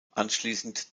anschließend